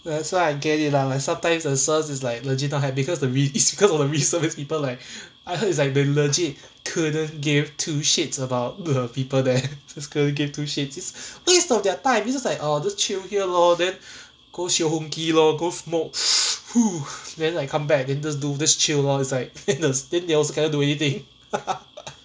that's why I get it lah like sometimes the sirs is like legit not happy because the re~ is because of the reservice people like I heard it's like the legit couldn't give two shits about the people there just couldn't give two shits waste of their time it's just like orh just chill here lor then go lor go smoke then like come back then just do just chill lor it's like then they also cannot do anything